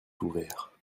ouvert